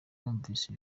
numvise